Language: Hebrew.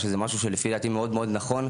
שזה משהו לדעתי מאד נכון,